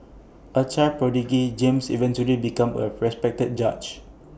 A child prodigy James eventually became A respected judge